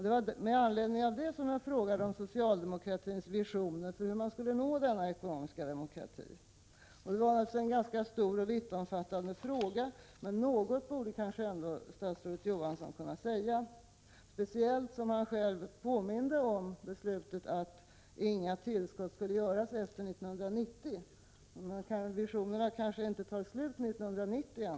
Det var med anledning av detta som jag frågade om socialdemokraternas visioner om hur man skulle nå denna ekonomiska demokrati. Frågan var alltså ganska stor och vittomfattande. Men något borde kanske statsrådet Johansson ändå kunna säga, speciellt som han själv påminde om beslutet att inga tillskott skulle göras efter 1990. Visionerna kanske ändå inte tar slut 1990.